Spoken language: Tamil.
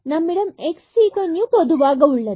நம்மிடம் பொதுவாக x sec u உள்ளது